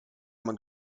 man